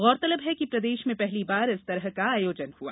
गौरतलब है कि प्रदेश में पहली बार इस तरह का आयोजन हुआ